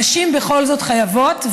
נשים בכל זאת חייבות,